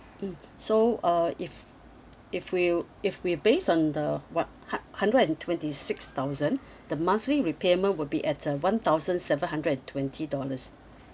mmhmm so uh if if we if we base on the what hun~ hundred and twenty six thousand the monthly repayment will be at a one thousand seven hundred and twenty dollars